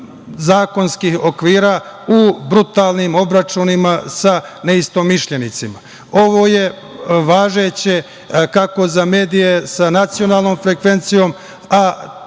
zakonskih okvira u brutalnim obračunima sa neistomišljenicima. Ovo je važeće, kako za medije sa nacionalnom frekvencijom, isto